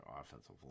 offensive